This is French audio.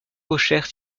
cochère